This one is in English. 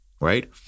right